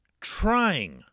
trying